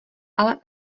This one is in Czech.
ale